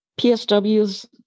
PSWs